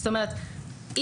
זאת אומרת,